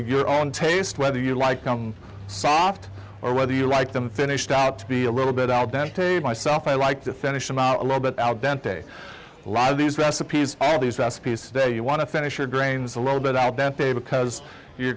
your own taste whether you like soft or whether you like them finished out to be a little bit out there myself i like to finish them out a little bit al dente a lot of these recipes and these recipes day you want to finish your grains a little bit out that day because you're